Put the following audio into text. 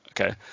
okay